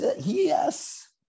Yes